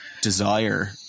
desire